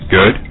Good